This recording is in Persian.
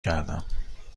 کردم